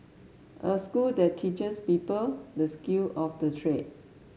a school that teaches people the skill of the trade